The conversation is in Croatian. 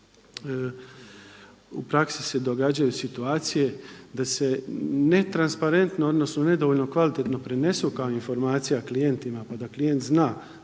u praksi se događaju situacije da se ne transparentno odnosno nedovoljno kvalitetno prenesu kao informacija klijentima pa da klijent zna